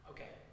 Okay